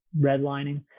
redlining